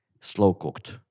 slow-cooked